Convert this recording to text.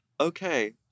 Okay